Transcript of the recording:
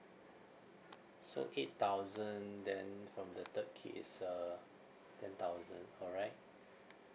so eight thousand then from the third kid is uh ten thousand all right